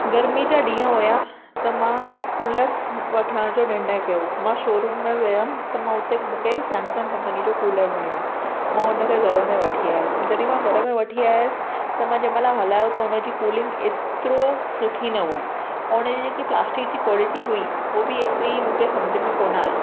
गर्मी जा ॾींहं हुआ त मां कूलर वठण जो निर्णय कयो मां शो रूम में वियमि त मां उते मूंखे सैमसंग कंपनी जो कूलर वणियो मां हुनखे घर में वठी आयसि जॾहिं मां घर में वठी आयसि त मां जे महिल हलायो त हुनजी कूलिंग एतिरो सुठी न हुई हुन जी जेकी प्लास्टिक जी कॉलिटी हुई उहो बि एतिरी मूंखे समुझ में कोन आईं